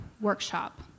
workshop